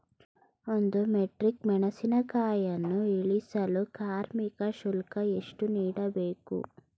ಒಂದು ಮೆಟ್ರಿಕ್ ಮೆಣಸಿನಕಾಯಿಯನ್ನು ಇಳಿಸಲು ಕಾರ್ಮಿಕ ಶುಲ್ಕ ಎಷ್ಟು ನೀಡಬೇಕು?